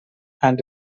and